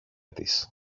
της